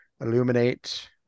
Illuminate